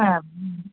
হ্যাঁ হুম